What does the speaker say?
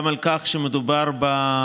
גם על כך שמדובר בפליטות,